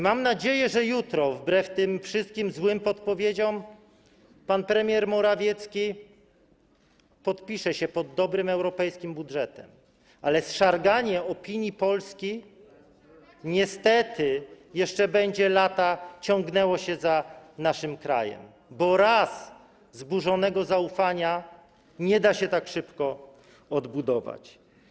Mam nadzieję, że jutro wbrew tym wszystkim złym podpowiedziom pan premier Morawiecki podpisze się pod dobrym, europejskim budżetem, ale zszarganie opinii Polski niestety jeszcze przez lata będzie ciągnęło się za naszym krajem, bo raz zburzonego zaufania nie da się tak szybko odbudować.